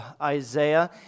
Isaiah